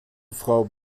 frau